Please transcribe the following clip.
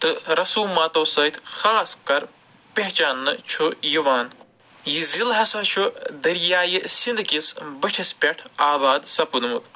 تہٕ رَسوماتَو سۭتۍ خاص کَر پہچھانہٕ چھُس یِوان یہِ ضلعہٕ ہسا چھُ دریایہِ سِنٛد کِس بٔٹھِس پٮ۪ٹھ آباد سَپُدمُت